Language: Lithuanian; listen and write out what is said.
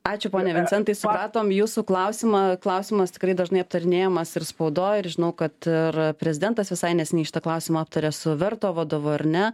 ačiū pone vincentai supratom jūsų klausimą klausimas tikrai dažnai aptarinėjamas ir spaudoj ir žinau kad ir prezidentas visai neseniai šitą klausimą aptarė su verto vadovu ar ne